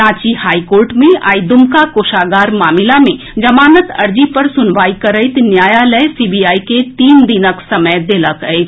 Ranchi high court मे आई दुमका कोषागार मामिला मे जमानत अर्जी पर सुनवाई करैत न्यायालय सीबीआई के तीन दिनक समय देलक अछि